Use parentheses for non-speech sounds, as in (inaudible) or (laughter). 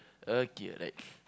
okay right (breath)